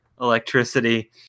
electricity